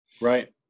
Right